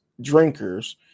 drinkers